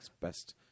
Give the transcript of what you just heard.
Best